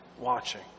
watching